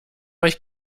euch